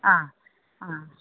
ആ ആ